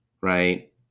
Right